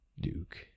Duke